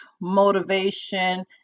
motivation